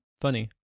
funny